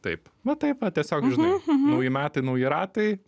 taip va taip vat tiesiog žinai nauji metai nauji ratai